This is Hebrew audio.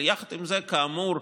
יחד עם זה, כאמור,